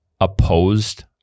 opposed